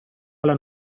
alla